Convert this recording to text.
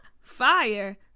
Fire